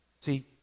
See